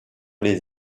les